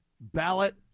ballot